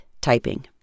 typing